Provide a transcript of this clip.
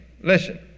Listen